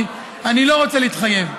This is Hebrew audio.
אני לא רוצה להתחייב.